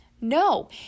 No